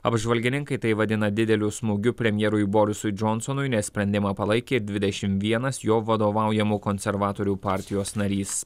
apžvalgininkai tai vadina dideliu smūgiu premjerui borisui džonsonui nes sprendimą palaikė dvidešimt vienas jo vadovaujamų konservatorių partijos narys